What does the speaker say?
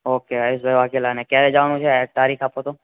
okay આયુષભાઈ વાઘેલા અને ક્યારે જવાનું છે તારીખ આપો તો